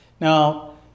Now